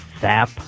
sap